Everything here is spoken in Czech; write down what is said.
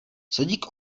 sodík